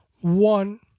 One